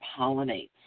pollinates